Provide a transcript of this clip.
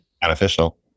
beneficial